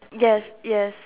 yes yes